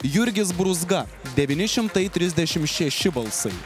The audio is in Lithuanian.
jurgis brūzga devyni šimtai trisdešimt šeši balsai